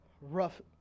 rough